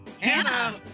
Hannah